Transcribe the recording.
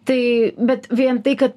tai bet vien taiką